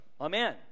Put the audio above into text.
Amen